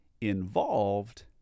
involved